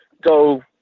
go